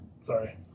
Sorry